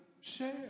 Share